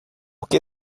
que